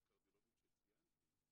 הקרדיולוגים של הילדים שציינתי,